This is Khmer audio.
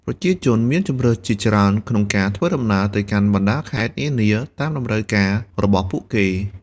ប្រជាជនមានជម្រើសជាច្រើនក្នុងការធ្វើដំណើរទៅកាន់បណ្តាខេត្តនានាតាមតម្រូវការរបស់ពួកគេ។